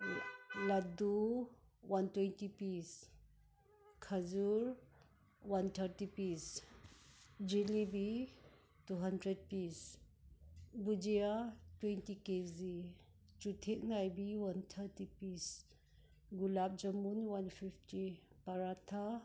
laddu one twenty piece ꯈꯥꯖꯨꯔ one thirty piece jalebi two hundred piece bhujia twenty kg ꯆꯨꯊꯦꯛ ꯅꯥꯏꯕꯤ one thirty piece gulab jamun one fifty paratha